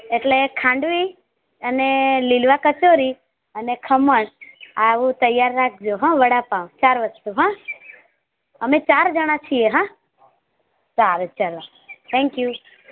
એટલે ખાંડવી અને લીલવા કચોરી અને ખમણ આવું તૈયાર રાખજો હો વડાપાંવ ચાર વસ્તુ હો અમે ચાર જણા છીએ હા સારું ચાલો થેંક્યુ